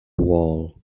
wall